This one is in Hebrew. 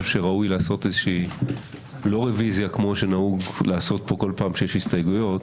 ראוי לעשות לא רביזיה כמו שנהוג לעשות פה כל פעם שיש הסתייגויות,